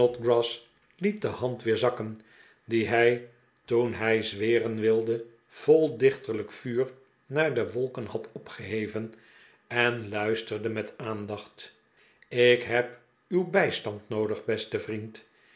liet de hand weer zakken die hij toen hij zweren wilde vol dichterlijk vuur naar de wolken had opgeheven en luisterde met aandacht ik heb uw bij stand noodig beste vriend